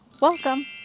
welcome